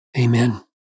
amen